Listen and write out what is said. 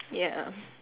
ya